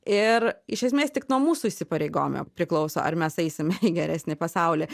ir iš esmės tik nuo mūsų įsipareigojimo priklauso ar mes eisime į geresnį pasaulį